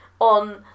on